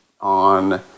on